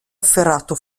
afferrato